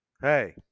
Hey